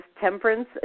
temperance